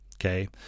okay